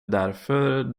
därför